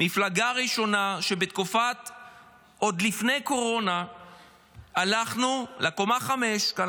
המפלגה הראשונה שעוד בתקופה שלפני הקורונה הלכנו לקומה 5 כאן,